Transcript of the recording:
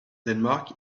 denmark